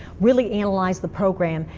really analyze the program.